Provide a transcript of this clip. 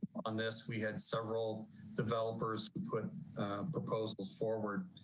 on this, we had several developers who put proposals forward.